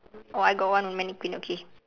oh I got one mannequin okay